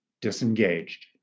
disengaged